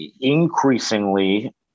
increasingly